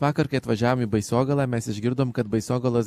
vakar kai atvažiavom į baisogalą mes išgirdom kad baisogalos